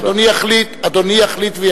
אדוני יחליט ויכריע,